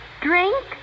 Drink